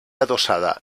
adossada